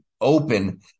open